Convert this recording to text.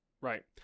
Right